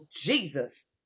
Jesus